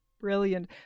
brilliant